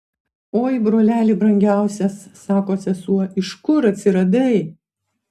oi broleli brangiausias sako sesuo iš kur atsiradai